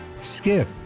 Skip